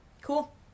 cool